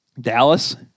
Dallas